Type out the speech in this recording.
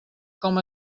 com